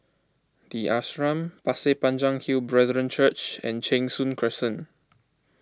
the Ashram Pasir Panjang Hill Brethren Church and Cheng Soon Crescent